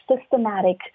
systematic